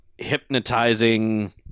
Hypnotizing